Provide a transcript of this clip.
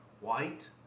white